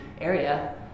area